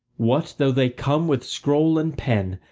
what though they come with scroll and pen,